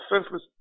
senseless